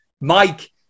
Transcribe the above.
Mike